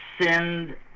send